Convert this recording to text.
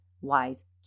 wise